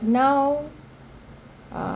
now uh